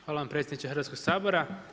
Hvala vam predsjedniče Hrvatskog sabora.